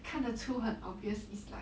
看得出很 obvious is like